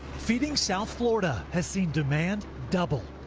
feeding south florida has seen demand double.